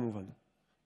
כמובן,